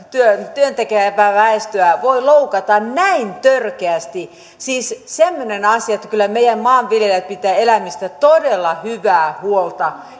työntekijäväestöä voi loukata näin törkeästi siis semmoinen asia että kyllä meillä maanviljelijät pitävät eläimistä todella hyvää huolta